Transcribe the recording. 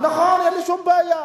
נכון, אין לי שום בעיה.